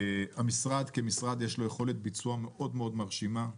המשרד יש לו יכולת ביצוע מאוד מרשימה,